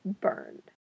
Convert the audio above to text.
burned